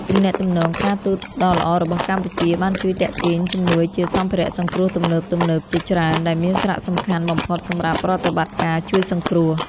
ទំនាក់ទំនងការទូតដ៏ល្អរបស់កម្ពុជា បានជួយទាក់ទាញជំនួយជាសម្ភារៈសង្គ្រោះទំនើបៗជាច្រើន ដែលមានសារៈសំខាន់បំផុតសម្រាប់ប្រតិបត្តិការជួយសង្គ្រោះ។